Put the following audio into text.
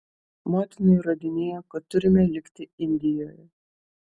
motina įrodinėjo kad turime likti indijoje